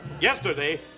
Yesterday